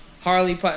harley